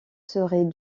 serait